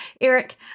Eric